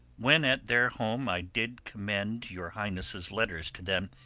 when at their home i did commend your highness' letters to them,